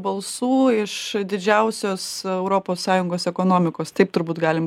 balsų iš didžiausios europos sąjungos ekonomikos taip turbūt galim